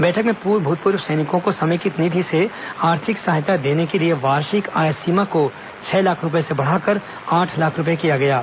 बैठक में भूतपूर्व सैनिकों को समेकित निधि से आर्थिक सहायता देने के लिए वार्षिक आय सीमा को छह लाख रूपए से बढ़ाकर आठ लाख रूपए किया गया है